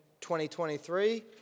2023